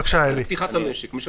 על פתיחת המשק משלמים.